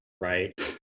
right